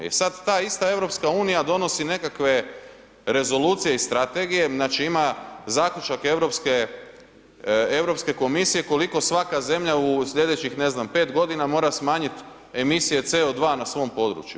I sada ta ista EU donosi nekakve rezolucije i strategije, znači ima zaključak Europske komisije koliko svaka zemlja u sljedećih, ne znam, pet godina mora smanjiti emisije CO2 na svom području.